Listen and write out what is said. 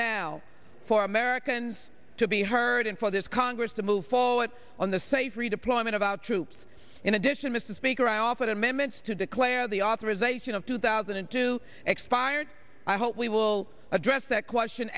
now for americans to be heard and for this congress to move forward on the safe redeployment of our troops in addition mr speaker i offered amendments to declare the authorization of two thousand and two expired i hope we will address that question